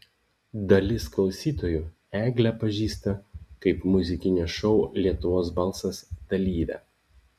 dalis klausytojų eglę pažįsta kaip muzikinio šou lietuvos balsas dalyvę